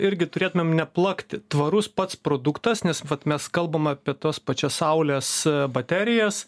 irgi turėtumėm neplakti tvarus pats produktas nes vat mes kalbam apie tas pačias saulės baterijas